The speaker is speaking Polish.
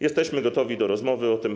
Jesteśmy gotowi do rozmowy o tym.